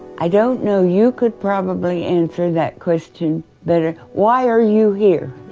i don't know you could probably answer that question better. why are you here?